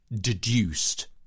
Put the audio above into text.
deduced